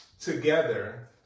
together